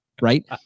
right